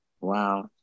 Wow